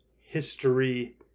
history